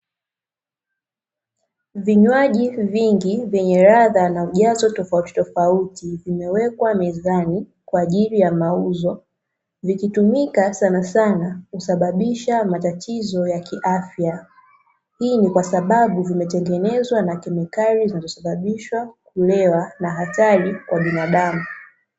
Vinywaji vingi vyenye ladha na ujazo tofautitofauti, vimewekwa mezani kwa ajili ya mauzo, vikitumika sanasana husababisha matatizo ya kiafya, hii ni kwa sababu vimetengenezwa na kemikali zinazosababisha kulewa na hatari kwa binadamu.